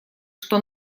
что